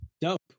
Dope